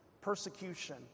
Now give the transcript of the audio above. persecution